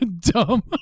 Dumb